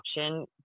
option